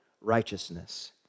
righteousness